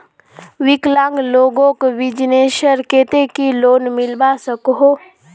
विकलांग लोगोक बिजनेसर केते की लोन मिलवा सकोहो?